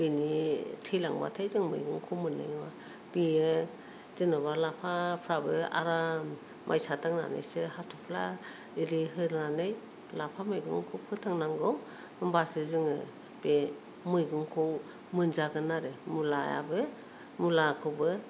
बेनि थैलांबाथाय जों मैगंखौ मोननाय नङा बेयो जेनेबा लाफाफोराबो आराम माइसा दांननानैसो हाथफ्ला एरै होनानै लाफा मैगंखौ फोथांनांगौ होनबासो जोङो बे मैगंखौ मोनजागोन आरो मुलायाबो मुलाखौबो